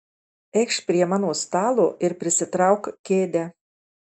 eikš prie mano stalo ir prisitrauk kėdę